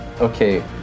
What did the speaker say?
Okay